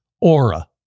Aura